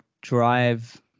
Drive